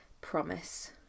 promise